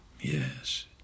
Yes